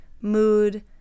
mood